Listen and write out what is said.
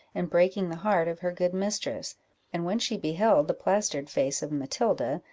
and breaking the heart of her good mistress and when she beheld the plastered face of matilda,